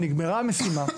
נגמרה המשימה.